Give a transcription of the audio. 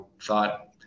thought